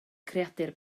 creadur